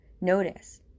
Notice